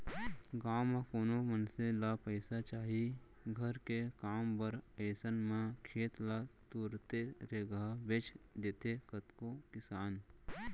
गाँव म कोनो मनसे ल पइसा चाही घर के काम बर अइसन म खेत ल तुरते रेगहा बेंच देथे कतको किसान